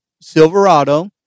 Silverado